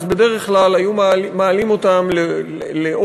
אז בדרך כלל היו מעלים אותם לאוטובוס,